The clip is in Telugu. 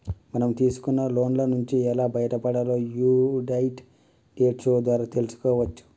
మనం తీసుకున్న లోన్ల నుంచి ఎలా బయటపడాలో యీ డెట్ డైట్ షో ద్వారా తెల్సుకోవచ్చు